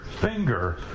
finger